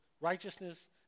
righteousness